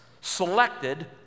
selected